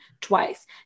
twice